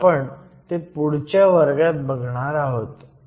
पण आपण ते पुढच्या वर्गात बघणार आहोत